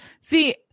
See